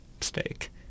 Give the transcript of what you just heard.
steak